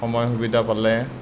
সময় সুবিধা পালে